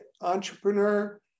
entrepreneur